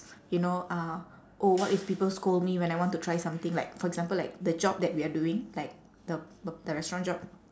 you know uh oh what if people scold me when I want to try something like for example like the job that we are doing like the the restaurant job